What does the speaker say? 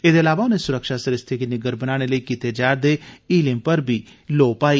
एह्दे अलावा उनें सुरक्षा सरिस्ते गी निग्गर बनाने लेई कीते जा'रदे हीलें पर बी लोऽ पाई